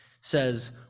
says